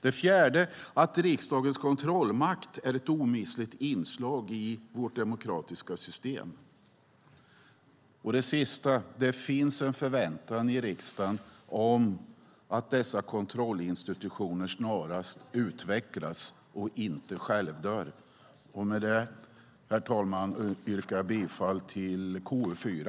Det fjärde är att riksdagens kontrollmakt är ett omistligt inslag i vårt demokratiska system. Det sista: Det finns en förväntan i riksdagen om att dessa kontrollinstitutioner snarast utvecklas och inte självdör. Med detta, herr talman, yrkar jag bifall till förslaget i betänkandet KU4.